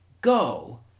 go